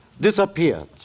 Disappeared